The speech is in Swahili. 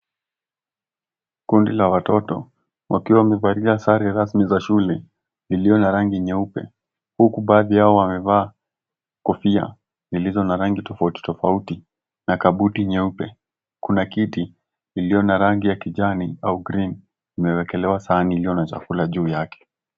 Kundi la watoto wakiwa wamevalia sare rasmi za shule iliyo na rangi nyeupe, huku baadhi yao wamevaa kofia zilizo na rangi tofauti tofauti na kabuti nyeupe. Kuna kiti iliyo na rangi ya kijani au green imewekelewa sahani iliyo na chakula juu yake.